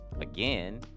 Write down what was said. Again